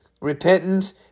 repentance